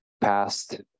past